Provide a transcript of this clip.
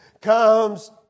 comes